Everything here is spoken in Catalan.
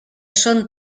són